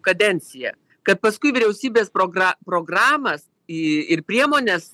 kadenciją kad paskui vyriausybės progra programas ir priemones